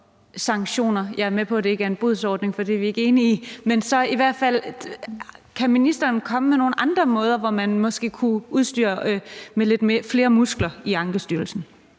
sanktioner? Jeg er med på, at det ikke er en bodsordning, for det er vi ikke enige i. Men kan ministeren så i hvert fald komme med nogen andre måder, hvorpå man måske kunne udstyre Ankestyrelsen